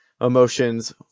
emotions